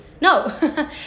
no